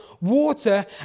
water